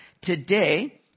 today